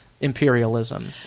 imperialism